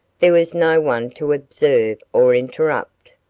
there was no one to observe or interrupt.